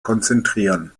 konzentrieren